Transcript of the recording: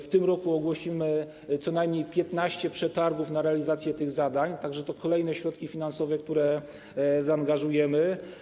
W tym roku ogłosimy co najmniej 15 przetargów na realizację tych zadań, tak że to kolejne środki finansowe, które zaangażujemy.